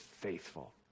faithful